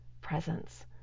presence